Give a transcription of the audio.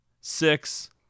Six